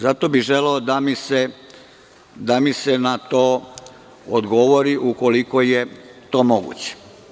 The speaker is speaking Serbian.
Zato bih želeo da mi se na to odgovori ukoliko je to moguće.